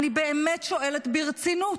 אני באמת שואלת ברצינות.